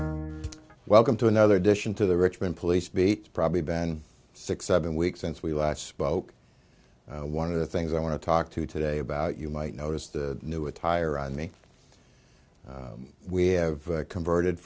be welcome to another edition to the richmond police beat probably been six seven weeks since we last spoke one of the things i want to talk to today about you might notice the new attire i mean we have converted